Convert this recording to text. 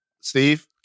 Steve